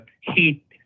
heat